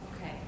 Okay